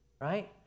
Right